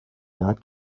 not